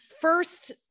First